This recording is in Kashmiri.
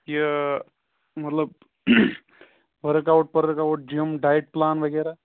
یہِ مطلب ؤرٕک آوُٹ پٔرٕک آوُٹ جِم ڈایٹ پٕلان وَغیرہ